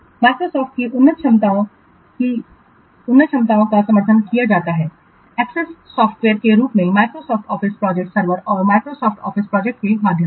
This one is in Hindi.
Microsoft की उन्नत क्षमताओं की उन्नत क्षमताओं का समर्थन किया जाता है एक्सेस सॉफ्टवेयर के रूप में माइक्रोसॉफ्ट ऑफिस प्रोजेक्ट सर्वर और माइक्रोसॉफ्ट ऑफिस प्रोजेक्ट के माध्यम से